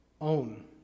own